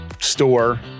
store